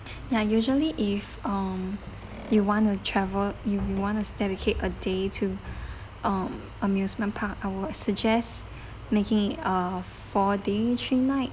ya usually if um you want to travel if you want to dedicate a day to um amusement park I would suggests making it uh four day three night